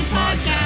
podcast